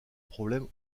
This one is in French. problème